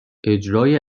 اجرای